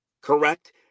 Correct